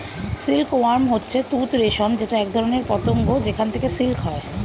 silk worm হচ্ছে তুত রেশম যেটা একধরনের পতঙ্গ যেখান থেকে সিল্ক হয়